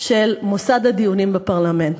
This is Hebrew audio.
של מוסד הדיונים בפרלמנט.